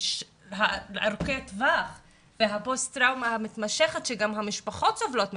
ארוכי הטווח והפוסט-טראומה המתמשכת שגם המשפחות סובלות ממנה,